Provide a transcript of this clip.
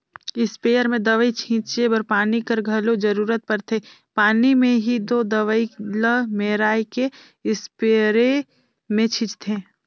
sprayer में दवई छींचे बर पानी कर घलो जरूरत परथे पानी में ही दो दवई ल मेराए के इस्परे मे छींचथें